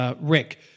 Rick